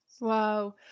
Wow